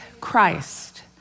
Christ